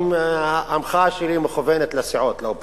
המחאה שלי מופנית לסיעות, לאופוזיציה,